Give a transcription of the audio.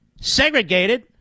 segregated